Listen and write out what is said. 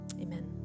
amen